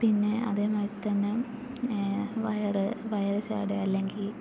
പിന്നെ അതേമാതിരിത്തന്നെ വയറ് വയറ് ചാടുക അല്ലെങ്കിൽ